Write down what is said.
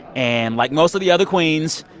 and like most of the other queens,